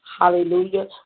hallelujah